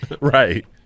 Right